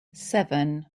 seven